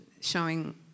showing